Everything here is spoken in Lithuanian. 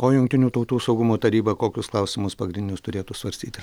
o jungtinių tautų saugumo taryba kokius klausimus pagrindinius turėtų svarstyti